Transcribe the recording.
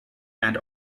and